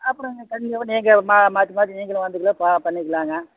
அப்புறம் தனியாகவும் நீங்கள் மா மாற்றி மாற்றி நீங்களும் வந்து கூட பா பண்ணிக்கலாங்க